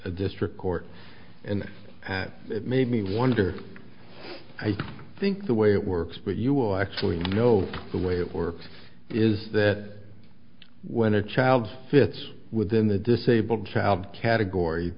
the district court and it made me wonder i think the way it works but you will actually know the way it works is that when a child fits within the disabled child category